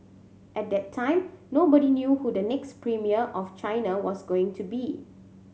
at the time nobody knew who the next premier of China was going to be